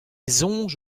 soñj